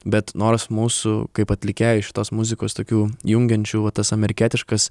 bet nors mūsų kaip atlikėjų šitos muzikos tokių jungiančių va tas amerikietiškas